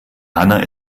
hanna